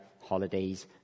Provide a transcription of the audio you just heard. holidays